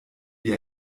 wie